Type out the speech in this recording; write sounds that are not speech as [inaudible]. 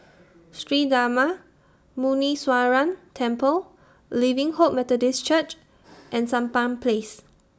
Sri Darma Muneeswaran Temple Living Hope Methodist Church [noise] and Sampan Place